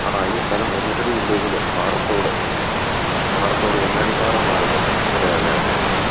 ആ ഈ സ്ഥലം കൊന്നത്തടി വില്ലേജിൽ പാറത്തോട് പാറത്തോട് കണ്ണാടിപ്പാറ ഭാഗത്ത് അതെ അതെ അതെ അതെ